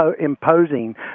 imposing